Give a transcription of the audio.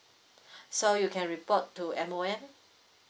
so you can report to M_O_M